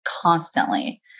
constantly